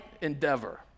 endeavor